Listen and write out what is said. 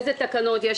איזה תקנות יש,